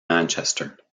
manchester